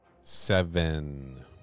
Seven